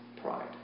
Pride